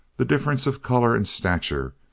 the difference of color and stature,